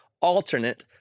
alternate